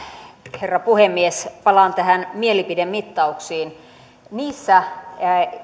herra puhemies palaan näihin mielipidemittauksiin niissä